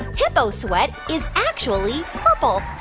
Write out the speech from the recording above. hippo sweat is actually purple?